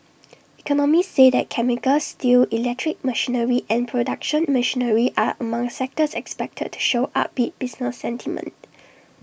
economists say that chemicals steel electric machinery and production machinery are among sectors expected to show upbeat business sentiment